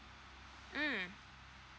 mm